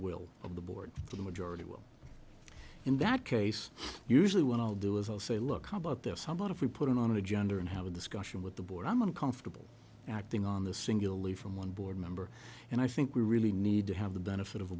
will of the board the majority will in that case usually when i'll do is i'll say look how about this what if we put on a gender and have a discussion with the board i'm uncomfortable acting on the single leave from one board member and i think we really need to have the benefit of a